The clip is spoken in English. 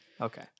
Okay